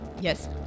Yes